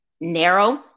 narrow